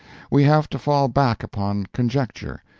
we have to fall back upon conjecture,